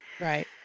Right